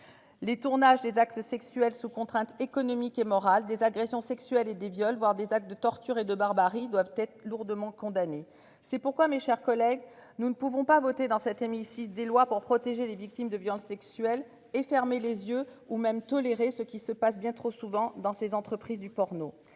Les tournages des actes. Sexuel sous contrainte économique et moral des agressions sexuelles et des viols, voire des actes de torture et de barbarie doivent être lourdement condamné. C'est pourquoi, mes chers collègues, nous ne pouvons pas voter dans cet hémicycle des lois pour protéger les victimes de violences sexuelles et fermer les yeux ou même toléré ce qui se passe bien trop souvent dans ces entreprises du porno